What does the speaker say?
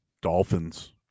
Dolphins